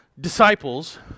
disciples